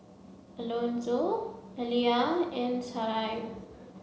Alonzo Alyvia and Sarai